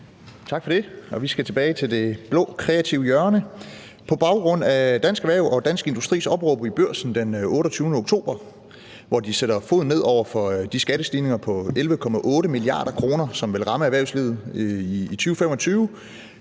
Tak for det. Vi skal tilbage til det blå, kreative hjørne. På baggrund af Dansk Erhverv og Dansk Industris opråb i Børsen den 28. oktober 2020, hvor de sætter foden ned over den skattestigning på 11,8 mia. kr., som vil ramme erhvervslivet i 2025,